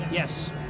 Yes